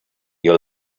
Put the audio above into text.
your